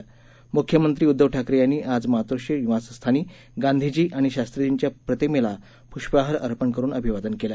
म्ख्यमंत्री उद्धव ठाकरे यांनी आज मातोश्री निवासस्थानी गांधीजी आणि शास्त्रीजींच्या प्रतिमेला पृष्पहार अर्पण करून अभिवादन केलं